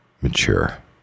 mature